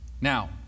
Now